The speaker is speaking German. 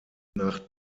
nach